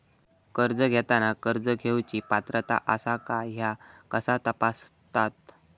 कर्ज घेताना कर्ज घेवची पात्रता आसा काय ह्या कसा तपासतात?